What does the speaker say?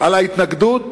על ההתנגדות